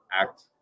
act